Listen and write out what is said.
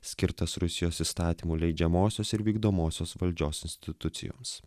skirtas rusijos įstatymų leidžiamosios ir vykdomosios valdžios institucijoms